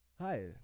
hi